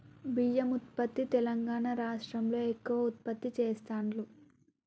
బియ్యం ఉత్పత్తి తెలంగాణా రాష్ట్రం లో ఎక్కువ ఉత్పత్తి చెస్తాండ్లు